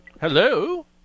Hello